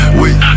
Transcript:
wait